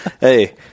Hey